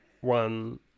one